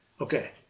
okay